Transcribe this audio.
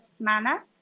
Mana